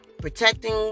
Protecting